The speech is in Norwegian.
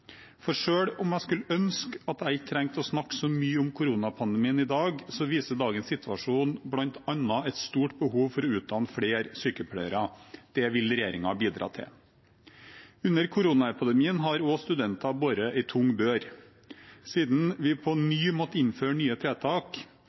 For selv om jeg skulle ønske at jeg ikke trengte å snakke så mye om koronapandemien i dag, viser dagens situasjon bl.a. et stort behov for å utdanne flere sykepleiere. Det vil regjeringen bidra til. Under koronapandemien har også studentene båret en tung bør. Siden vi på